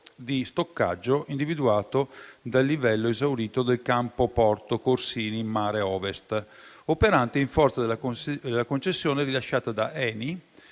di stoccaggio individuato dal livello esaurito del campo Porto Corsini mare Ovest, operante in forza della concessione rilasciata da ENI